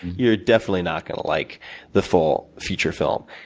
you're definitely not gonna like the full feature film,